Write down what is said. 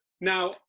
now